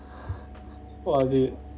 !wah! they